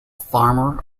farmer